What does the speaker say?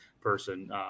person